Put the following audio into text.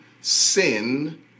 sin